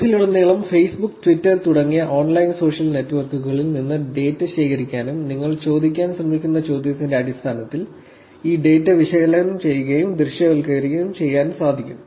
കോഴ്സിലുടനീളം Facebook Twitter തുടങ്ങിയ online social നെറ്റ്വർക്കുകളിൽ നിന്ന് ഡാറ്റ ശേഖരിക്കാനും നിങ്ങൾ ചോദിക്കാൻ ശ്രമിക്കുന്ന ചോദ്യത്തിന്റെ അടിസ്ഥാനത്തിൽ ഈ ഡാറ്റ വിശകലനം ചെയ്യുകയും ദൃശ്യവൽക്കരിക്കുകയും ചെയ്യാനും സാധിക്കും